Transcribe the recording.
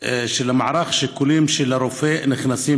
מסכים שלמערך שיקוליו של הרופא נכנסים